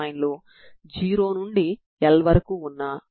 కాబట్టి దీనికి పరిష్కారాన్ని కనుగొనాల్సి ఉంటుంది